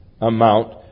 amount